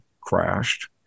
crashed